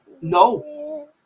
No